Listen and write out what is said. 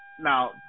Now